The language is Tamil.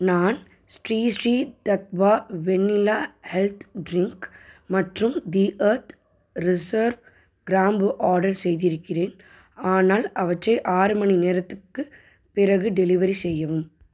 நான் Sri Sri Tattva vanilla health drink மற்றும் தி எர்த் ரிஸர்வ் கிராம்பு ஆர்டர் செய்திருக்கிறேன் ஆனால் அவற்றை ஆறு மணி நேரத்துக்கு பிறகு டெலிவரி செய்யவும்